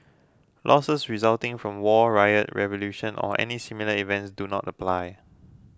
losses resulting from war riot revolution or any similar events do not apply